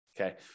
Okay